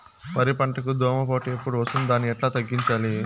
వరి పంటకు దోమపోటు ఎప్పుడు వస్తుంది దాన్ని ఎట్లా తగ్గించాలి?